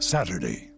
Saturday